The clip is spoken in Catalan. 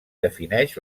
defineix